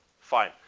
Fine